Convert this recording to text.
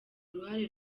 uruhare